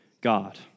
God